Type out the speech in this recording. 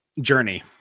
journey